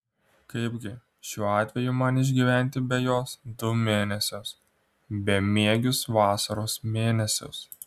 kaipgi šiuo atveju man išgyventi be jos du mėnesius bemiegius vasaros mėnesius